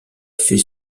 fait